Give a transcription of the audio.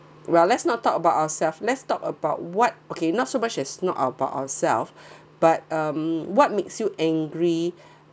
well let's not talk about ourselves let's talk about what okay not so much as not about ourself but um what makes you angry